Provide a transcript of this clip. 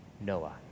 Noah